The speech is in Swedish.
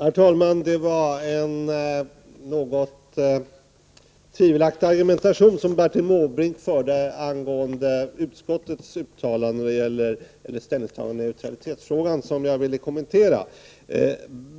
Herr talman! Jag vill kommentera den något tvivelaktiga argumentation som Bertil Måbrink förde angående utskottets ställningstagande i neutralitetsfrågan.